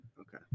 Okay